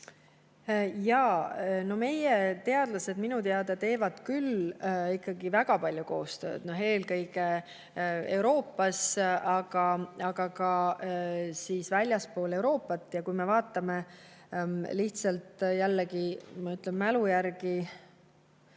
Jaa. Meie teadlased minu teada teevad küll väga palju koostööd, eelkõige Euroopas, aga ka väljaspool Euroopat. Ja kui me vaatame, lihtsalt jällegi ütlen mälu järgi,